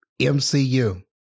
MCU